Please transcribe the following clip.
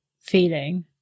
feeling